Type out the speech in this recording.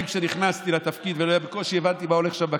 כשנכנסתי לתפקיד ובקושי הבנתי מה הולך שם בכיכר,